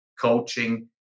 coaching